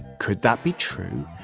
could that be true?